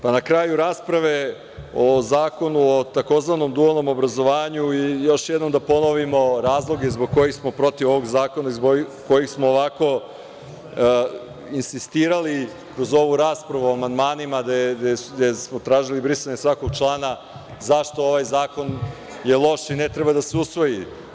Na kraju rasprave o zakonu o tzv. dualnom obrazovanju, još jednom da ponovimo razloge zbog kojih smo protiv ovog zakona i zbog kojih smo ovako insistirali uz ovu raspravu o amandmanima, gde smo tražili brisanje svakog člana, zašto ovaj zakon je loš i ne treba da se usvoji.